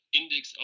Index